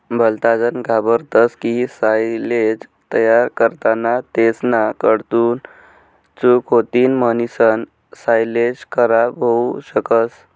भलताजन घाबरतस की सायलेज तयार करताना तेसना कडून चूक होतीन म्हणीसन सायलेज खराब होवू शकस